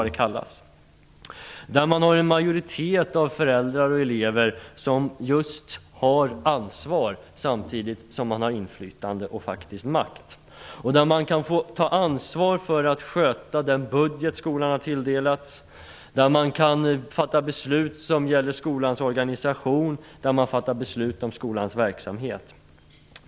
Där skall det finnas en majoritet av föräldrar och elever som har ansvar samtidigt som de har inflytande och, faktiskt, makt. Där skall de få ta ansvar för att sköta den budget som skolan har tilldelats. Där skall de kunna fatta beslut som gäller skolans organisation och verksamhet.